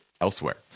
elsewhere